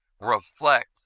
reflect